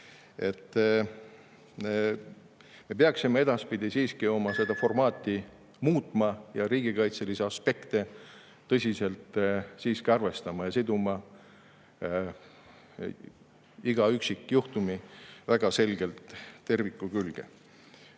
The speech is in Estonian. Me peaksime edaspidi siiski oma seda formaati muutma ja riigikaitselisi aspekte tõsiselt arvestama ning siduma iga üksikjuhtumi väga selgelt terviku külge.